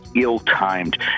ill-timed